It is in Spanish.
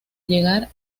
llegar